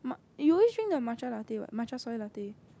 ma~ you always drink the matcha latte what the matcha soy latte